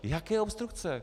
Jaké obstrukce?